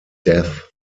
death